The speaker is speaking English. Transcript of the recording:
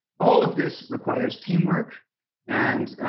all of this requires teamwork and